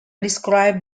described